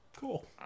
cool